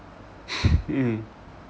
mm